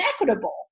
equitable